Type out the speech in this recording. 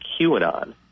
QAnon